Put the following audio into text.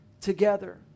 together